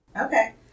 Okay